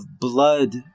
blood